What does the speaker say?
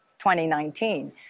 2019